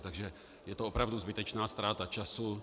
Takže je to opravdu zbytečná ztráta času.